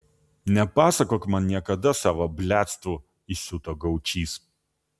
nepasakok man niekada savo bliadstvų įsiuto gaučys